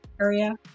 area